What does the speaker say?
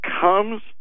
comes